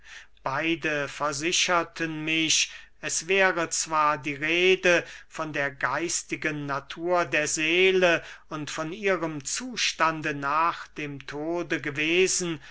beide versicherten mich es wäre zwar die rede von der geistigen natur der seele und von ihrem zustande nach dem tode gewesen